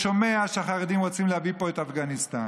שומע שהחרדים רוצים להביא לפה את אפגניסטן?